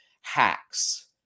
hacks